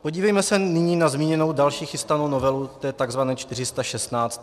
Podívejme se nyní na zmíněnou další chystanou novelu té tzv. čtyřistašestnáctky.